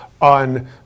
on